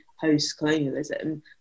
post-colonialism